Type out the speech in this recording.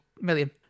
million